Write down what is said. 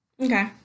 Okay